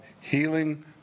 healing